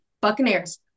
Buccaneers